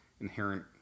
inherent